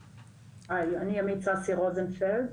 שלום, אני ימית ששי רוזנפלד,